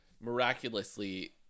miraculously